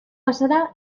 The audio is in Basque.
bazara